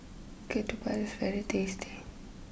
Ketupat is very tasty